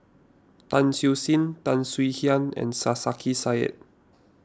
Tan Siew Sin Tan Swie Hian and Sarkasi Said